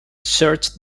searched